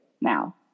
now